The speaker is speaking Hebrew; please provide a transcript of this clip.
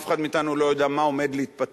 אף אחד מאתנו לא יודע מה עומד להתפתח,